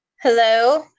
Hello